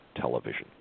television